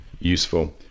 useful